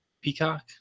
Peacock